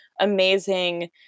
amazing